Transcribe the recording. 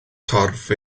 corff